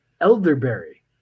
elderberry